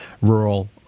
rural